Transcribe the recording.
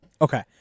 Okay